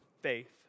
faith